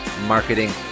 marketing